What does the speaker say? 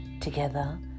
Together